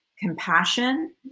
compassion